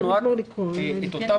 אנחנו רק שמים להם